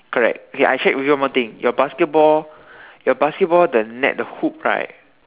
correct okay I check with you one more thing your basketball your basketball the net the hoop right